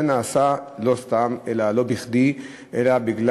זה נעשה לא סתם, לא בכדי, אלא מפני